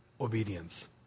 Obedience